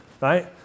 right